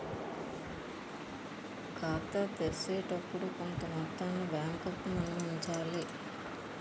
ఖాతా తెరిచేటప్పుడు కొంత మొత్తాన్ని బ్యాంకుకు మనం ఉంచాలి